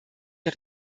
der